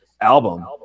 album